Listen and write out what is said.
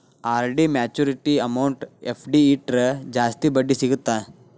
RD maturity amount FD ಇಟ್ರ ಜಾಸ್ತಿ ಬಡ್ಡಿ ಸಿಗತ್ತಾ